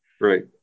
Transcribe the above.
Right